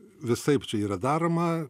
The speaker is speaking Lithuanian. visaip čia yra daroma